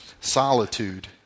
Solitude